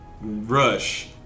rush